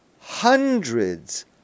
hundreds